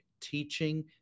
teaching